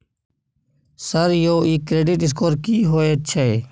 Sir यौ इ credit score की होयत छै?